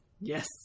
Yes